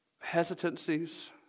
hesitancies